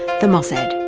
the mossad.